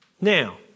Now